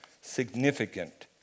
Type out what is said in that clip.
significant